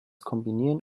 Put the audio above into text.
kombinieren